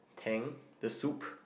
Tang the Song